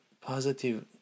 positive